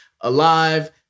alive